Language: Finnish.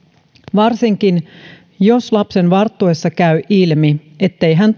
varsinkin jos lapsen varttuessa käy ilmi ettei hän